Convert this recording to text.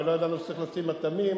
ולא ידענו שצריך לשים אטמים,